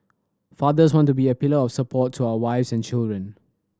fathers want to be a pillar of support to our wives and children